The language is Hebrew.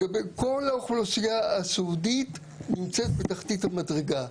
האוכלוסייה הסיעודית נמצאת בתחתית המדרגה.